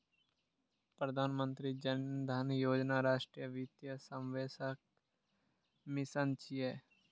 प्रधानमंत्री जन धन योजना राष्ट्रीय वित्तीय समावेशनक मिशन छियै